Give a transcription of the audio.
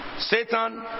Satan